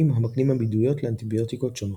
המקנים עמידויות לאנטיביוטיקות שונות.